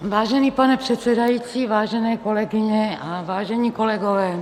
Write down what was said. Vážený pane předsedající, vážené kolegyně a vážení kolegové.